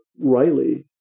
Riley